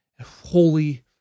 Holy